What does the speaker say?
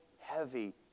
heavy